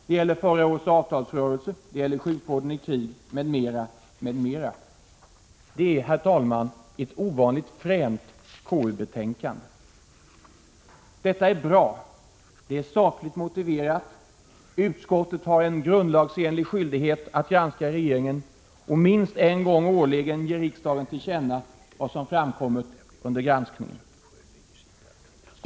Det gäller förra årets avtalsrörelse, det gäller sjukvården i krig, m.m. Det är, herr talman, ett ovanligt fränt KU-betänkande. Detta är bra. Det är sakligt motiverat. Utskottet har en grundlagsenlig skyldighet att granska regeringen och minst en gång årligen ge riksdagen till känna vad som framkommit under granskningen.